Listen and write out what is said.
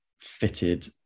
fitted